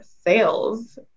sales